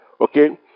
okay